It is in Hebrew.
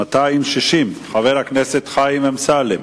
ביום ח' באב התשס"ט (29 ביולי